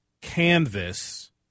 canvas